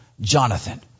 Jonathan